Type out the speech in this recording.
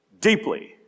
Deeply